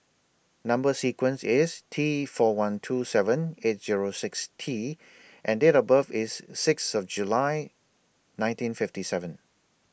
Number sequence IS T four one two seven eight Zero six T and Date of birth IS Sixth of July nineteen fifty seven